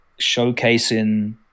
showcasing